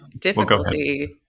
difficulty